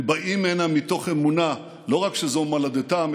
הם באים הנה מתוך אמונה לא רק שזו מולדתם,